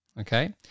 Okay